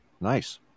nice